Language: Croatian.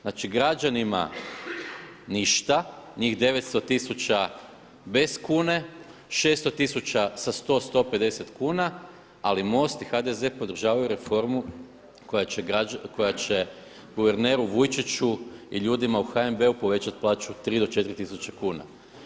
Znači građanima ništa, njih 900000 bez kune, 600000 sa 100, 150 kuna ali MOST i HDZ podržavaju reformu koja će guverneru Vujčiću i ljudima u HNB-u povećati plaću 3 do 4000 kuna.